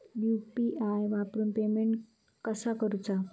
UPI वरून payment कसा करूचा?